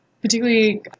particularly